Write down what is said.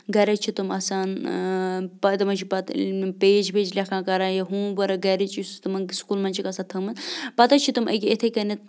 گَرِ حظ چھِ تِم آسان تِم حظ چھِ پَتہٕ پیج ویج لٮ۪کھان کَران یا ہوم ؤرٕک گَرِچ یُس تِمَن سکوٗلَن منٛز چھِکھ آسان تھٲومٕژ پَتہٕ حظ چھِ تِم ییٚکیٛاہ یِتھَے کٔنٮ۪تھ